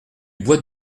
bois